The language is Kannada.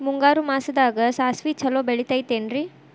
ಮುಂಗಾರು ಮಾಸದಾಗ ಸಾಸ್ವಿ ಛಲೋ ಬೆಳಿತೈತೇನ್ರಿ?